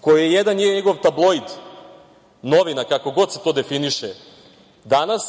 koji je jedan njegov tabloid, novina kako god se to definiše „Danas“